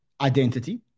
identity